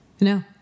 no